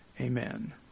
Amen